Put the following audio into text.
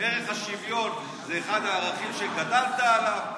ערך השוויון זה אחד הערכים שגדלת עליהם.